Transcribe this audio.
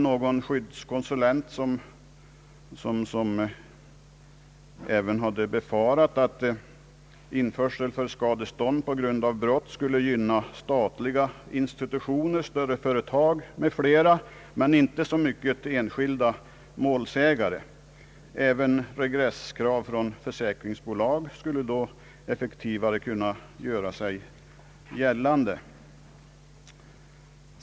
Någon skyddskonsulent hade även befarat att införsel för skadestånd på grund av brott skulle gynna statliga institutioner och större företag m.fl. men inte så mycket enskilda målsägare. Även regresskrav från försäkringsbolag skulle då effektivare kunna göra sig gällande.